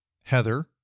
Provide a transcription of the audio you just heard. Heather